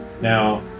Now